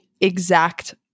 exact